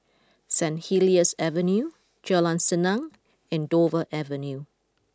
Saint Helier's Avenue Jalan Senang and Dover Avenue